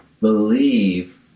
believe